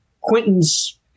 Quentin's